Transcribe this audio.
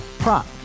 Prop